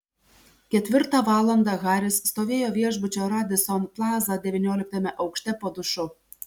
ketvirtą valandą haris stovėjo viešbučio radisson plaza devynioliktame aukšte po dušu